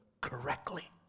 correctly